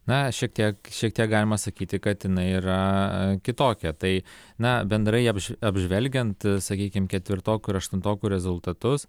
na šiek tiek šiek tiek galima sakyti kad inai yra kitokia tai na bendrai abžv apžvelgiant sakykim ketvirtokų aštuntokų rezultatus